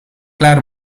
klaar